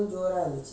மிந்தி:minthi